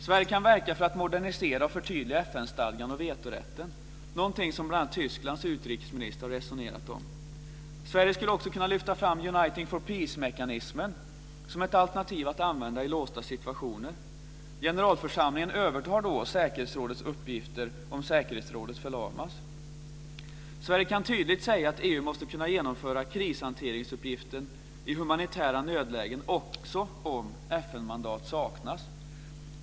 Sverige kan verka för att modernisera och förtydliga FN-stadgan och vetorätten. Det är någonting som bl.a. Tysklands utrikesminister har resonerat om. Sverige skulle också kunna lyfta fram Uniting for Peace-mekanismen som ett alternativ att använda i låsta situationer. Generalförsamlingen övertar då säkerhetsrådets uppgifter om säkerhetsrådet förlamas. Sverige kan tydligt säga att EU måste kunna genomföra krishanteringsuppgiften i humanitära nödlägen också om FN-mandat saknas.